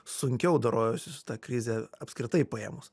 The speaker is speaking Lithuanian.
sunkiau dorojosi su ta krize apskritai paėmus